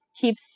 keeps